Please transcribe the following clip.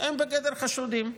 הם בגדר חשודים.